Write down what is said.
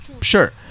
sure